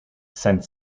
sent